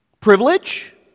Privilege